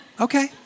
okay